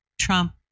trump